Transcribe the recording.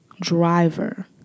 driver